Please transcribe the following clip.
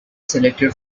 selected